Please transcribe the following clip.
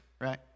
right